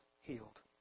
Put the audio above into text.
healed